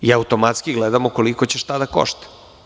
Automatski gledamo koliko će šta da košta.